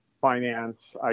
finance